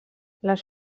les